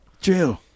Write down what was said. Jill